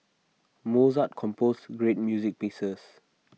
Mozart composed great music pieces